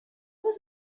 was